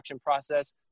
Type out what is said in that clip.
process